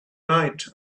night